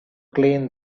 clean